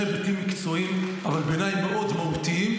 היבטים מקצועיים אבל בעיניי הם מאוד מהותיים,